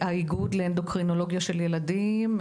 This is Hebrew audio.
למשל, האיגוד לאנדוקרינולוגיה של ילדים,